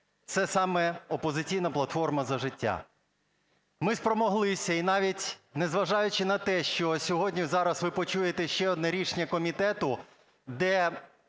це саме "Опозиційна платформа - За життя". Ми спромоглися, і навіть незважаючи на те, що сьогодні зараз ви почуєте ще одне рішення комітету, де